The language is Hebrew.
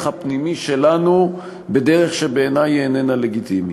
הפנימי שלנו בדרך שבעיני היא איננה לגיטימית.